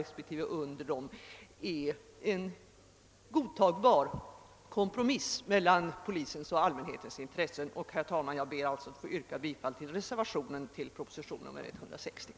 och sådant med lägre värde innebär en godtagbar kompromiss mellan polisens och allmänhetens intresse. Fördenskull ber jag, herr talman, att få yrka bifall till reservationen vid första lagutskottets utlåtande nr 57.